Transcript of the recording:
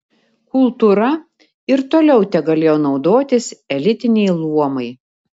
kultūra ir toliau tegalėjo naudotis elitiniai luomai